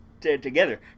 together